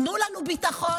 תנו לנו ביטחון,